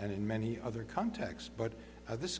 and in many other contexts but this